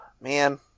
Man